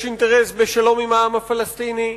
יש אינטרס בשלום עם העם הפלסטיני,